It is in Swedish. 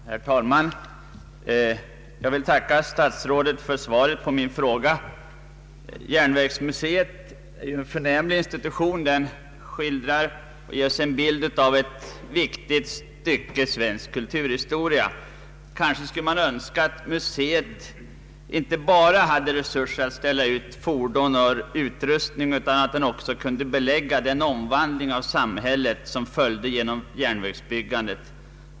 Herr talman! Jag ber att få tacka statsrådet för svaret på min fråga. Järnvägsmuseet är en förnämlig institution som skildrar och ger oss en bild av ett viktigt stycke svensk kulturhistoria. Kanske skulle man önska att museet inte bara hade resurser att ställa ut fordon och utrustning utan att där också kunde beläggas den omvandling av samhället som följde av järnvägsbyggandet.